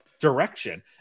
direction